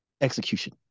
execution